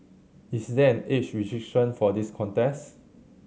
is there an age restriction for this contest